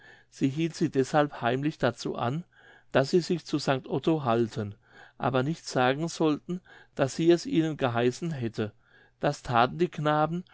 sie hielt sie deshalb heimlich dazu an daß sie sich zu sanct otto halten aber nicht sagen sollten daß sie es ihnen geheißen hätte das thaten die knaben